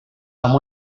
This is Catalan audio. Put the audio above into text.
amb